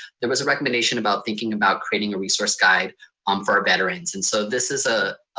there was a recommendation about thinking about creating a resource guide um for our veterans. and so this is a